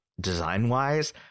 design-wise